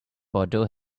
bordeaux